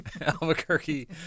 Albuquerque